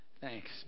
Thanks